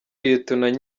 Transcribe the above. lieutenant